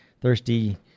thirsty